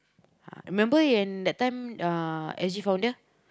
ah you remember that time S_G founder